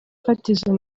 fatizo